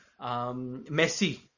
Messi